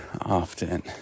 often